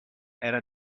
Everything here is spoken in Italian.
era